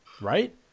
right